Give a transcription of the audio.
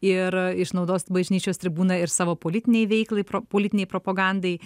ir išnaudos bažnyčios tribūną ir savo politinei veiklai politinei propagandai